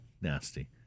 nasty